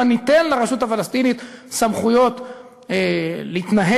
אבל ניתן לרשות הפלסטינית סמכויות להתנהל